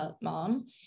mom